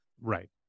Right